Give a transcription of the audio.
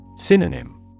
Synonym